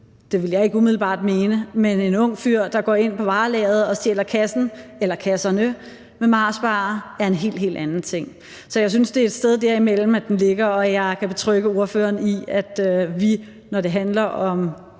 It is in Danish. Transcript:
Det ville jeg ikke umiddelbart mene, mens en ung fyr, der går ind på varelageret og stjæler kasserne med Marsbarer, er en helt, helt anden ting. Så jeg synes, det er et sted derimellem, den ligger, og jeg kan betrygge ordføreren i, at vi, når det handler om